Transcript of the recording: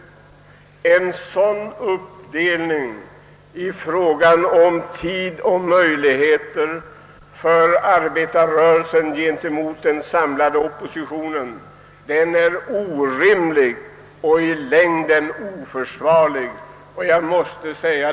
En sådan uppdelning i fråga om tid och möjligheter för arbetarrörelsen att bemöta den samlade oppositionen är orimlig och i längden oförsvarlig.